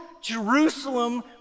Jerusalem